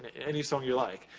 any song you like.